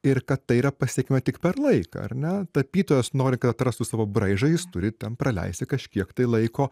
ir kad tai yra pasiekiama tik per laiką ar ne tapytojas nori kad atrastų savo braižą jis turi tam praleisti kažkiek laiko